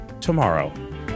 tomorrow